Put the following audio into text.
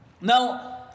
Now